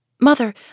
Mother